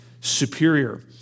superior